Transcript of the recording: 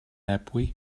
ebwy